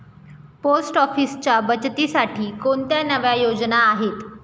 Post ऑफिसच्या बचतीसाठी कोणत्या नव्या योजना आहेत?